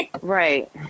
right